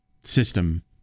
system